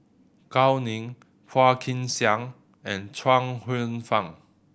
Gao Ning Phua Kin Siang and Chuang Hsueh Fang